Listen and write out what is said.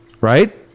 Right